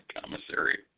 commissary